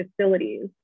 facilities